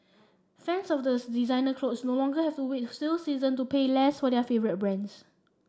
fans of those designer clothes no longer have to wait for sale season to pay less for their favourite brands